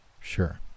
sure